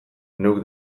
neuk